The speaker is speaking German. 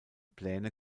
pläne